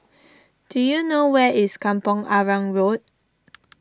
do you know where is Kampong Arang Road